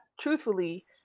truthfully